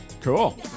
Cool